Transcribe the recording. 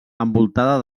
envoltada